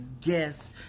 guess